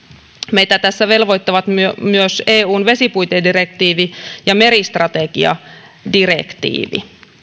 meitä tässä velvoittavat myös eun vesipuitedirektiivi ja meristrategiadirektiivi